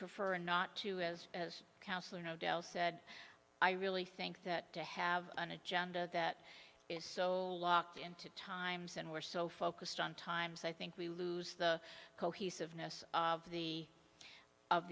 prefer not to as counselor odell said i really think that to have an agenda that is so locked into times and we're so focused on times i think we lose the cohesiveness of the of